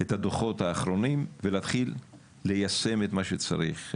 את הדוחות האחרונים ולהתחיל ליישם את מה שצריך.